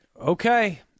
Okay